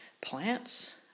plants